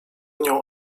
nią